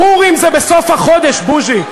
פורים זה בסוף החודש, בוז'י.